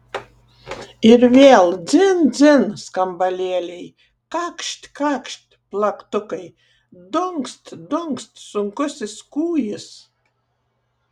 ir vėl dzin dzin skambalėliai kakšt kakšt plaktukai dunkst dunkst sunkusis kūjis